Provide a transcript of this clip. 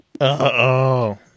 Uh-oh